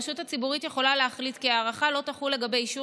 הרשות הציבורית יכולה להחליט כי ההארכה לא תחול לגבי אישור